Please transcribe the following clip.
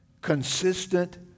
consistent